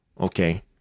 okay